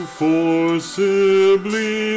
forcibly